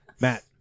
Matt